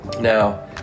now